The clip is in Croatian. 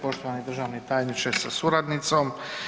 Poštovani državni tajniče sa suradnicom.